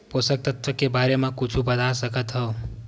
पोषक तत्व के बारे मा कुछु बता सकत हवय?